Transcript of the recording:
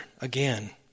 again